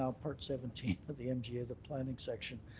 um part seventeen of the mga of the planning section,